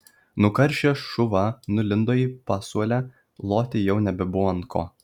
nukaršęs šuva nulindo į pasuolę loti jau nebebuvo ant ko